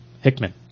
Hickman